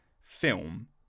film